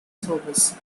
service